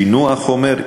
שינוע החומר,